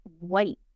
white